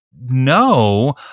No